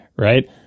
right